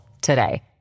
today